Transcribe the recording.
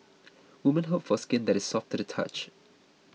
women hope for skin that is soft to the touch